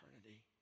eternity